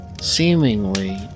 seemingly